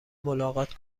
ملاقات